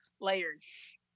layers